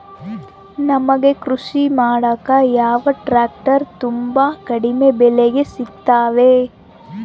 ನಮಗೆ ಕೃಷಿ ಮಾಡಾಕ ಯಾವ ಟ್ರ್ಯಾಕ್ಟರ್ ತುಂಬಾ ಕಡಿಮೆ ಬೆಲೆಗೆ ಸಿಗುತ್ತವೆ?